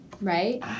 right